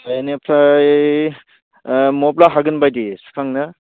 बेनिफ्राय ओह मब्ला हागोन बायदि सुखांनो